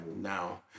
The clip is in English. now